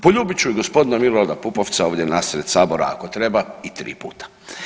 Poljubit ću i gospodina Milorada Pupovca ovdje nasred Sabora ako treba i tri puta.